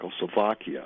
Czechoslovakia